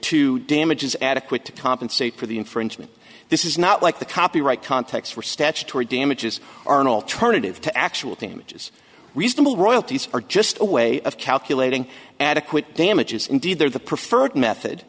to damages adequate to compensate for the infringement this is not like the copyright context for statutory damages or an alternative to actual damages reasonable royalties are just a way of calculating adequate damages indeed they're the preferred method